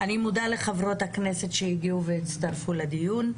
אני מודה לחברות הכנסת שהגיעו והצטרפו לדיון,